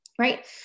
Right